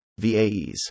VAEs